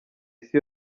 isi